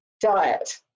diet